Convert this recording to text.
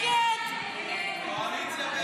סעיף 09,